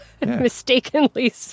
mistakenly